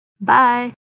Bye